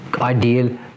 ideal